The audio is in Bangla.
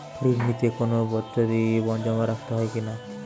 ঋণ নিতে কোনো বন্ধকি জমা রাখতে হয় কিনা?